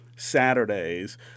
Saturdays